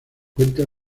cuenta